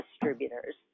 distributors